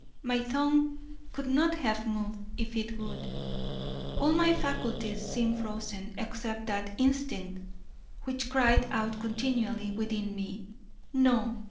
my tongue could not have moved if it would all my faculties seemed frozen except that instinct which cried out continually within me no!